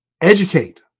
educate